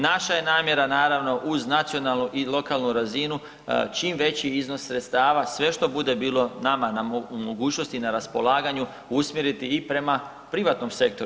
Naša je namjera naravno uz nacionalnu i lokalnu razinu čim veći iznos sredstava, sve što bude bilo nama u mogućnosti na raspolaganju usmjeriti i prema privatnom sektoru.